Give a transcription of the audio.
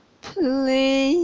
please